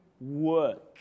work